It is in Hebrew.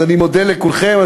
אני מודה לכולכם.